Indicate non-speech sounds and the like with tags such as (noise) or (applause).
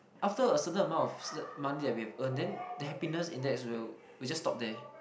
after a certain amount (noise) money that we have earn then the happiness index will will just stop there